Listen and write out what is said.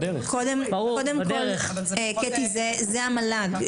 קטי, זה המל"ג.